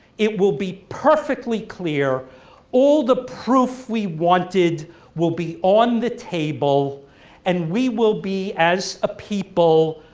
it will be perfectly clear all the proof we wanted will be on the table and we will be as a people